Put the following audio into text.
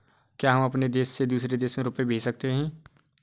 क्या हम अपने देश से दूसरे देश में रुपये भेज सकते हैं?